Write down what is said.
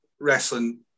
wrestling